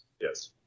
Yes